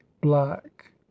black